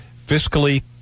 fiscally